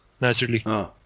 naturally